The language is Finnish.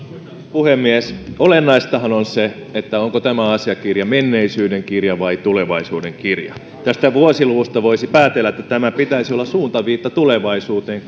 puhemies olennaistahan on se onko tämä asiakirja menneisyyden kirja vai tulevaisuuden kirja tästä vuosiluvusta voisi päätellä että tämän pitäisi olla suuntaviitta tulevaisuuteen